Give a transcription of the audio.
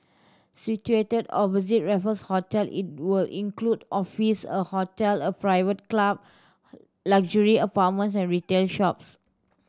situated opposite Raffles Hotel it will include office a hotel a private club luxury apartments and retail shops